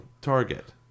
target